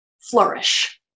flourish